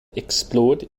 explored